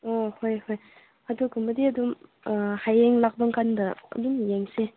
ꯑꯣ ꯍꯣꯏ ꯍꯣꯏ ꯑꯗꯨꯒꯨꯝꯕꯗꯤ ꯑꯗꯨꯝ ꯍꯌꯦꯡ ꯂꯥꯛꯄ ꯀꯥꯟꯗ ꯑꯗꯨꯝ ꯌꯦꯡꯁꯦ